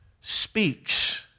speaks